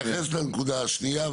תתייחס לנקודה השנייה,